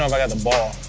um i got the ball.